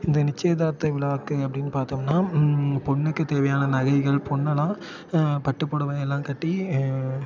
இந்த நிச்சயதார்த்த விழாக்கு அப்படின்னு பார்த்தோம்னா பொண்ணுக்கு தேவையான நகைகள் பொண்ணெல்லாம் பட்டு புடவ எல்லாம் கட்டி